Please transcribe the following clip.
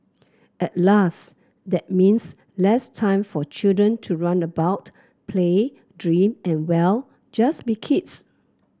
alas that means less time for children to run about play dream and well just be kids